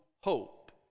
hope